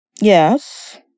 Yes